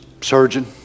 surgeon